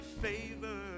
favor